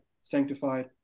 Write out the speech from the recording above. sanctified